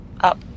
up